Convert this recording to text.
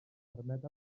permet